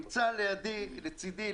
נמצא לצדי,